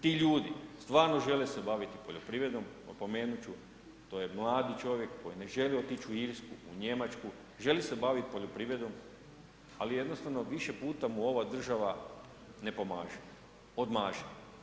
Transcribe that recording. Ti ljudi stvarno žele se baviti poljoprivredom, napomenuti ću to je mladi čovjek koji ne želi otići u Irsku, u Njemačku, želi se baviti poljoprivredom ali jednostavno više puta mu ova država ne pomaže, odmaže.